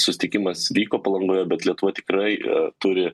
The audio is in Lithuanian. susitikimas vyko palangoje bet lietuva tikrai turi